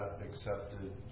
accepted